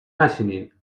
نشینین